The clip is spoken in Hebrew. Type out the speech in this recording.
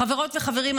חברות וחברים,